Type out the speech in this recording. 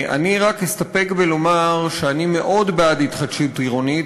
אני רק אסתפק בלומר שאני מאוד בעד התחדשות עירונית.